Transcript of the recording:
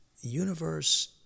universe